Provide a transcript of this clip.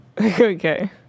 Okay